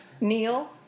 Neil